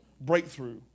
breakthrough